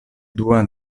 dua